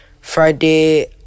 Friday